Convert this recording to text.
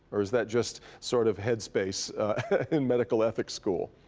or is that just sort of head space in medical ethics school?